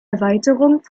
erweiterung